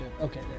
Okay